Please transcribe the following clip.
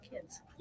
kids